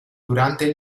durante